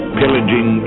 pillaging